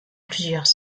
plusieurs